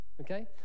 Okay